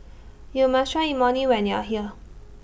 YOU must Try Imoni when YOU Are here